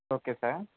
okay sir